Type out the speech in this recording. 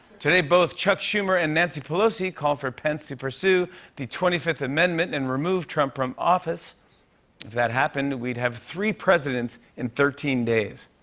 today, both chuck schumer and nancy pelosi called for pence to pursue the twenty fifth amendment and remove trump from office. if that happened, we'd have three presidents in thirteen days.